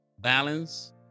Balance